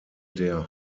der